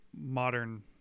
modern